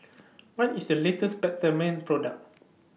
What IS The latest Peptamen Product